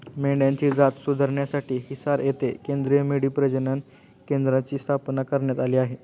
मेंढ्यांची जात सुधारण्यासाठी हिसार येथे केंद्रीय मेंढी प्रजनन केंद्राची स्थापना करण्यात आली आहे